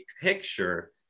picture